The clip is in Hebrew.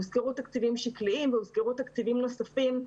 הוזכרו תקציבים שקליים והוזכרו תקציבים נוספים,